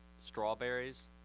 Strawberries